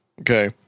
Okay